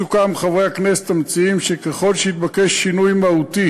סוכם עם חברי הכנסת המציעים שככל שיתבקש שינוי מהותי